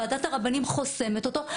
ועדת הרבנים חוסמת אותו,